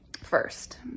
first